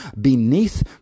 beneath